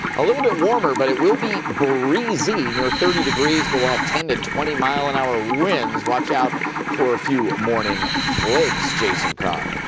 a little bit warmer, but it will be breezy, near thirty degrees. but we'll have ten to twenty mile per and hour winds. watch out for a few morning flakes, jason carr.